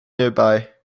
nearby